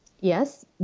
Yes